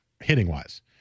Hitting-wise